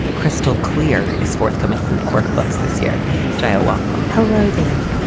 crystal clear is forthcoming from quickbooks this year jaywalker home. hello, danny.